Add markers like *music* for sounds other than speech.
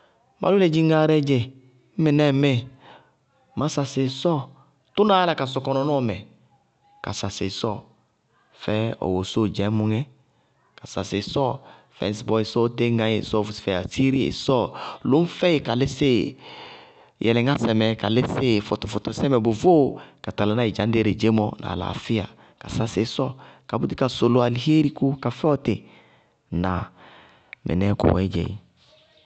Mʋ lʋlɛ dziŋgáárɛɛ dzé ñŋ mɩnɛ ŋmíɩ má sasɩ ɩsɔɔ. Tʋnáá yála ka sɔkɔ nɔnɔɔ mɛ ka sasɩ ɩsɔɔ fɛ ɔ wosóo dzɛɛmʋŋɛ, *noise* ka sasɩ ɩsɔɔ fɛ ŋsɩbɔɔ ɩsɔɔ téñŋá í ɩsɔɔ fúsi fɛɩ asííri ɩsɔɔ. Lʋñ fɛɩ ka lísí ɩ yɛlɩŋásɛ mɛ ka lísí ɩ fɔtɔfʋrʋsɛ mɛ bʋvʋʋ ka tala ná ɩ dza ñdɛ ire dedzémɔ, na alaafɩya. Ka sasɩ ɩsɔɔ, ka búti ka sʋlʋ alihééri, kóo ka fɛ ɔtɩ. Ŋnáa? Mɩnɛɛ kʋwɛɛdzɛ éé. *noise*